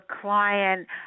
client